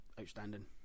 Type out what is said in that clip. outstanding